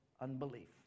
unbelief